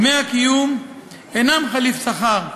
דמי הקיום אינם חליף שכר,